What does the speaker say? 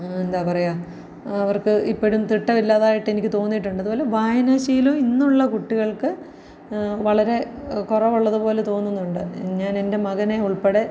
എന്താ പറയുക അവർക്ക് ഇപ്പോഴും തിട്ടമില്ലാതായിട്ടെനിക്ക് തോന്നീട്ടുണ്ട് അതുപോലെ വായനാശീലം ഇന്നുള്ള കുട്ടികൾക്ക് വളരെ കുറവുള്ളത് പോലെ തോന്നുന്നുണ്ട് ഞാനെൻ്റെ മകനെ ഉൾപ്പെടെ